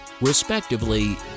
respectively